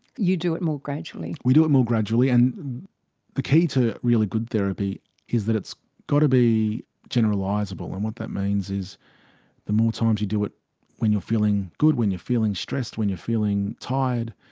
you do it more gradually. we do it more gradually. and the key to really good therapy is that it's got to be generalisable, and what that means is the more times you do it when you're feeling good, when you're feeling stressed, when you're feeling tired,